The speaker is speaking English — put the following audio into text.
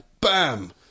bam